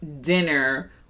dinner